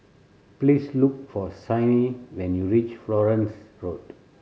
please look for Signe when you reach Florence Road